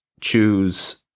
choose